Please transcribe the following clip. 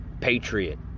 patriot